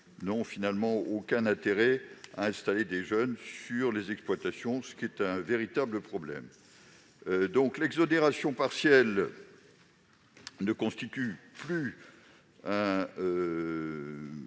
n'ont aucun intérêt à installer des jeunes sur les exploitations, ce qui constitue un véritable problème. L'exonération partielle ne constitue plus un